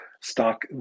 stock